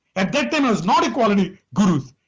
at that time i was not a quality gurus.